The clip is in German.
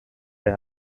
der